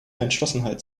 entschlossenheit